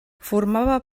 formava